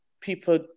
people